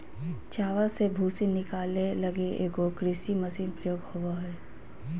चावल से भूसी निकाले लगी एगो कृषि मशीन प्रयोग होबो हइ